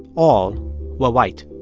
all were white.